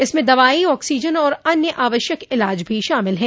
इसमें दवाई ऑक्सीजन और अन्य आवश्यक इलाज भी शामिल हैं